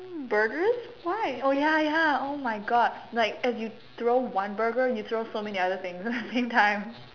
burgers why oh ya ya oh my God like as you throw one burger you throw so many other things at the same time